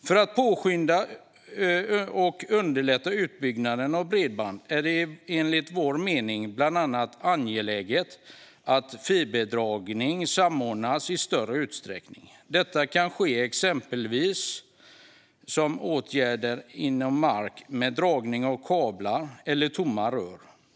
För att påskynda och underlätta utbyggnaden av bredband är det enligt vår mening bland annat angeläget att fiberdragning samordnas i större utsträckning. Detta kan ske exempelvis vid åtgärder i mark såsom dragning av kablar eller tomma rör.